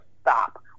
stop